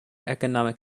economic